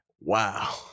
Wow